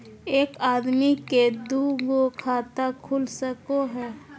एक आदमी के दू गो खाता खुल सको है?